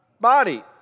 body